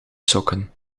sokken